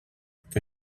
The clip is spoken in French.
que